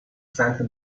santa